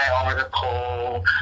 article